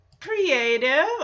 Creative